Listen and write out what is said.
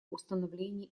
установление